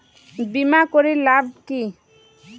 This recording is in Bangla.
বিমা করির লাভ কি?